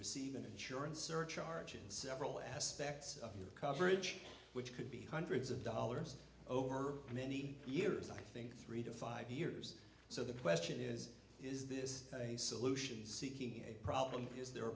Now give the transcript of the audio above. receive an insurance surcharge in several aspects of your coverage which could be hundreds of dollars over many years i think three to five years so the question is is this a solution seeking a problem is there a